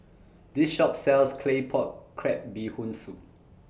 This Shop sells Claypot Crab Bee Hoon Soup